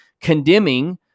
condemning